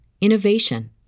innovation